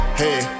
hey